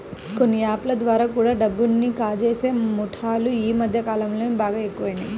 కొన్ని యాప్ ల ద్వారా కూడా డబ్బుని కాజేసే ముఠాలు యీ మద్దె కాలంలో బాగా ఎక్కువయినియ్